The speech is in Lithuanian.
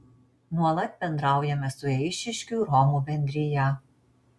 nuolat bendraujame su eišiškių romų bendrija